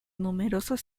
numerosos